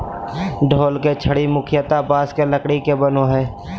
ढोल के छड़ी मुख्यतः बाँस के लकड़ी के बनो हइ